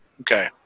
Okay